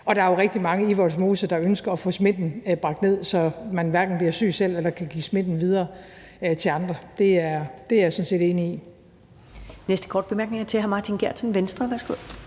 og der er jo rigtig mange i Vollsmose, der ønsker at få smitten bragt ned, så man hverken selv bliver syg eller kan give smitten videre til andre. Det er jeg sådan set enig i.